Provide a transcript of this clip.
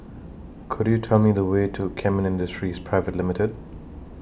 Could YOU Tell Me The Way to Kemin Industries Private Limited